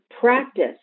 practice